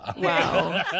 Wow